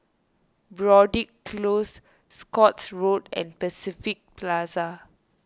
Broadrick Close Scotts Road and Pacific Plaza